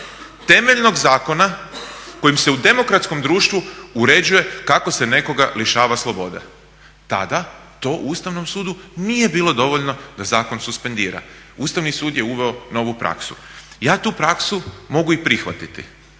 temeljnog zakona kojim se u demokratskom društvu uređuje kako se nekoga lišava slobode. Tada to Ustavnom sudu nije bilo dovoljno da zakon suspendira. Ustavni sud je uveo novu praksu. Ja tu praksu mogu i prihvatiti